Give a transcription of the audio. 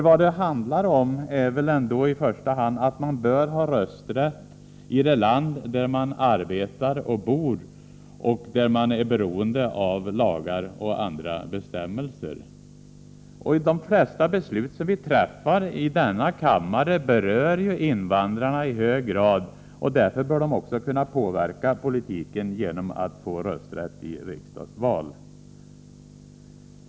Vad det handlar om är väl ändå i första hand att man bör ha rösträtt i det land där man arbetar och bor och där man är beroende av lagar och andra bestämmelser. De flesta beslut som vi träffar i denna kammare berör ju invandrarna i hög grad, och därför bör invandrarna också kunna påverka politiken genom att de får rösträtt i riksdagsval.